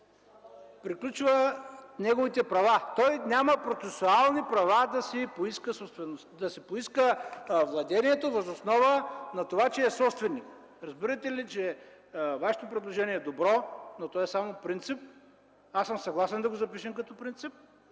приключва неговите права. То няма процесуални права да си поиска владението въз основа на това, че е собственик. Разбирате ли, че Вашето предложение е добро, но то е само принцип. Аз съм съгласен да го запишем като принцип,